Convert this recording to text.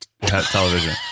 television